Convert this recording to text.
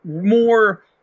more